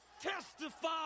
testify